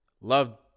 love